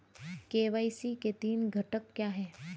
KYC के तीन घटक क्या हैं?